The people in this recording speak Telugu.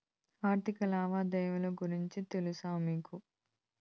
ఆర్థిక లావాదేవీల గురించి తెలుసా మీకు